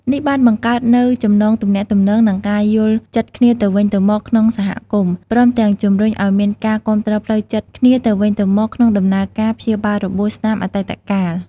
នេះបានបង្កើតនូវចំណងទំនាក់ទំនង និងការយល់ចិត្តគ្នាទៅវិញទៅមកក្នុងសហគមន៍ ព្រមទាំងជំរុញឲ្យមានការគាំទ្រផ្លូវចិត្តគ្នាទៅវិញទៅមកក្នុងដំណើរការព្យាបាលរបួសស្នាមអតីតកាល។